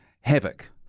havoc